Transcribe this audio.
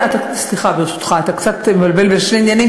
סליחה, ברשותך, אתה קצת מבלבל בין שני עניינים.